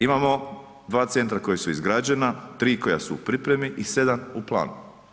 Imamo 2 centra koja su izgrađena, 3 koja su u pripremi i 7 u planu.